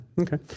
Okay